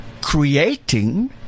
Creating